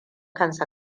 kansa